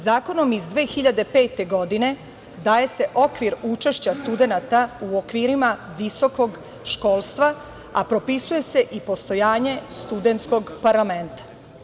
Zakonom iz 2005. godine daje se okvir učešća studenata u okvirima visokog školstva, a propisuje se i postojanje studentskog parlamenta.